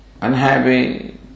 unhappy